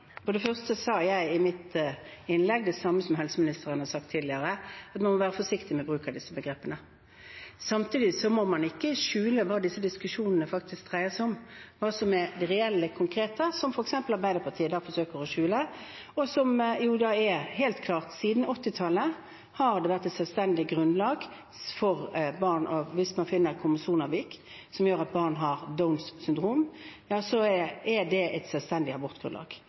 det første sa jeg i mitt innlegg det samme som helseministeren har sagt tidligere, at man må være forsiktig med bruk av disse begrepene. Samtidig må man ikke skjule hva disse diskusjonene faktisk dreier seg om, hva som er reelle konkreter, som f.eks. Arbeiderpartiet forsøker å skjule. Det er helt klart at siden 1980-tallet har det vært et selvstendig grunnlag – hvis man finner kromosomavvik som gjør at barn har Downs syndrom, er det et selvstendig abortgrunnlag.